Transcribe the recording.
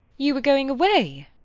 you were going away?